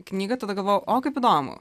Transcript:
knygą tada galvojau o kaip įdomu